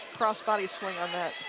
cross-body swing on that